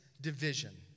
division